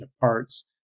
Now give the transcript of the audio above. parts